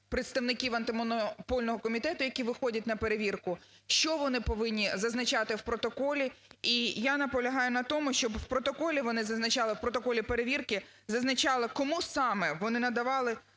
представників Антимонопольного комітету, які виходять на перевірку, що вони повинні зазначати в протоколі. І я наполягаю на тому, щоб в протоколі вони зазначали, в протоколі перевірки